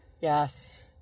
yes